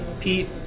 Pete